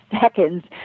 seconds